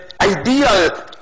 ideal